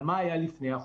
אבל מה היה לפני החוק?